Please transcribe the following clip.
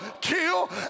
kill